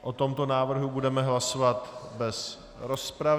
O tomto návrhu budeme hlasovat bez rozpravy.